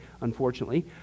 unfortunately